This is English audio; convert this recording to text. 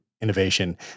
innovation